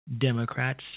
Democrats